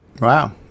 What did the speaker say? Wow